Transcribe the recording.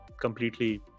completely